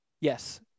Yes